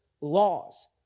laws